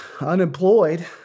unemployed